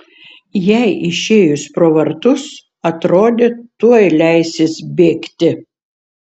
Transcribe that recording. jai išėjus pro vartus atrodė tuoj leisis bėgti